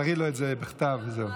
תראי לו את זה בכתב וזהו.